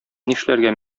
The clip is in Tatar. нишләргә